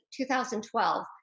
2012